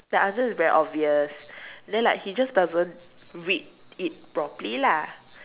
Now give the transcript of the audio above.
the answer is very obvious then like he just doesn't read it properly lah